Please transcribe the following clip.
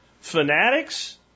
fanatics